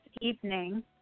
evening